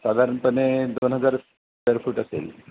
साधारणपने दोन हजार square foot असेल